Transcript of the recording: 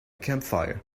campfire